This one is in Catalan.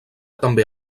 també